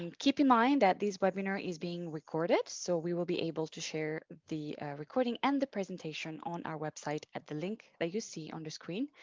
and keep in mind at these webinar is being recorded. so we will be able to share the recording and the presentation on our website at the link that you see on the screen